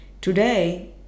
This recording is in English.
today